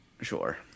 Sure